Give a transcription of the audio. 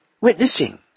witnessing